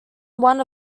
one